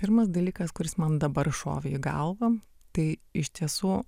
pirmas dalykas kuris man dabar šovė į galvą tai iš tiesų